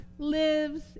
lives